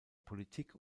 politik